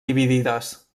dividides